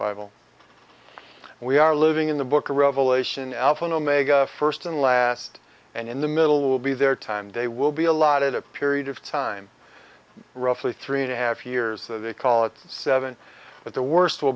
bible we are living in the book of revelation alpha and omega first and last and in the middle will be their time they will be allotted a period of time roughly three and a half years they call it seven but the worst